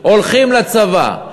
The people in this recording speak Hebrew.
הולכים לצבא,